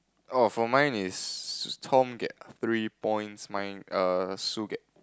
oh for mine is Tom get three points mine err Sue get